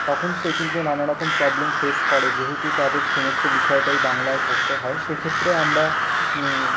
তখন সে কিন্তু নানারকম প্রবলেম ফেস যেহেতু তাদের সমস্ত বিষয়টায় বাংলায় পড়তে হয় সেক্ষেত্রে আমরা